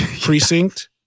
precinct